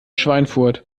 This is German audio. schweinfurt